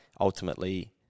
ultimately